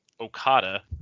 Okada